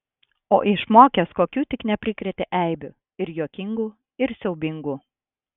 o išmokęs kokių tik neprikrėtė eibių ir juokingų ir siaubingų